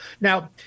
Now